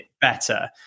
better